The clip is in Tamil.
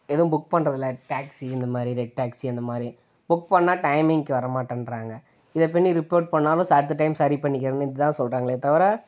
எதுவும் புக் பண்ணுறது இல்லை டாக்சி இந்த மாதிரி ரெட் டாக்சி அந்த மாதிரி புக் பண்ணிணா டைமிங்க்கு வர மாட்டேன்றாங்க இதை பின்னி ரிப்போர்ட் பண்ணிணாலும் சா அடுத்த டைம் சரி பண்ணிக்கிறேன்னு இது தான் சொல்லுறாங்களே தவிர